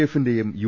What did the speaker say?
എഫിന്റെയും U